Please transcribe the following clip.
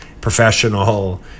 professional